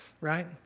right